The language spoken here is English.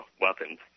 weapons